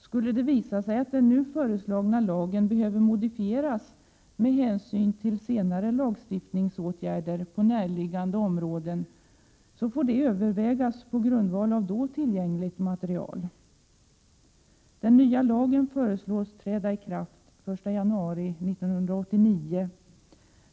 Skulle det visa sig att den nu föreslagna lagen behöver modifieras med hänsyn till senare lagstiftningsåtgärder på närliggande områden, får det övervägas på grundval av då tillgängligt material. Den nya lagregleringen föreslås träda i kraft den 1 januari 1989.